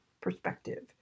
perspective